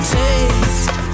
taste